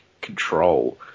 control